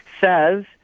says